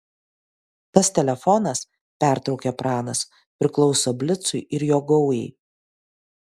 tas telefonas pertraukė pranas priklauso blicui ir jo gaujai